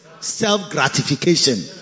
Self-gratification